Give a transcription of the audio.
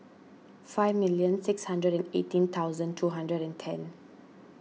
five million six hundred and eighteen thousand two hundred and ten